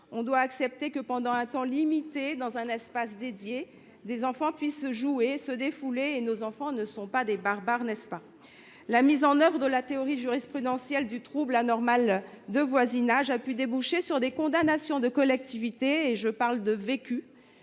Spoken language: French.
on doit accepter que, pendant un temps limité, dans un espace dédié, des enfants puissent jouer et se défouler – ce qui ne fait pas de nos enfants des barbares. La mise en œuvre de la théorie jurisprudentielle du trouble anormal de voisinage a pu déboucher sur la condamnation de collectivités – je fais ici